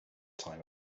time